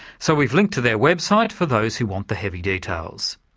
so we've linked to their website for those who want the heavy details.